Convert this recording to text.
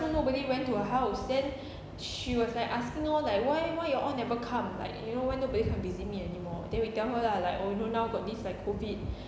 so nobody went to her house then she was like asking all like why why you all never come like you know why nobody come visit me anymore then we tell her lah like oh you know now got this like COVID